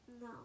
No